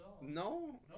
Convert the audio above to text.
No